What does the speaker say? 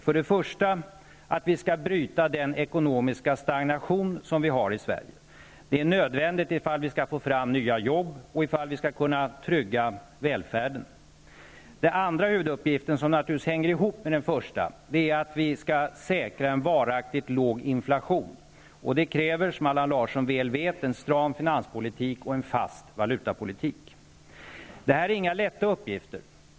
För det första att den ekonomiska stagnationen i Sverige skall brytas. Det är nödvändigt om nya arbetstillfällen skall skapas och om välfärden skall kunna tryggas. Den andra huvuduppgiften, som naturligtvis hänger ihop med den första, är att vi skall säkra en varaktigt låg inflation. Det kräver, som Allan Larsson väl vet, en stram finanspolitik och en fast valutapolitik. Det här är inga lätta uppgifter.